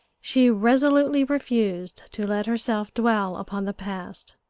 she resolutely refused to let herself dwell upon the past.